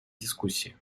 дискуссии